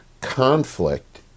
Conflict